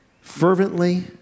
fervently